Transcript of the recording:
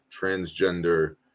transgender